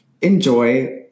enjoy